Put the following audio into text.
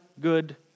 good